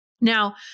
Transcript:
Now